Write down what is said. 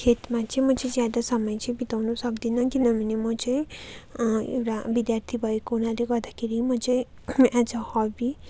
खेतमा चाहिँ म चाहिँ ज्यादा समय चाहिँ बिताउनु सक्दिनँ किनभने म चाहिँ एउटा विद्यार्थी भएको हुनाले गर्दाखेरि म चाहिँ एज ए हबी